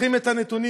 שוכחים את הנתונים,